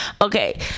Okay